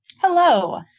Hello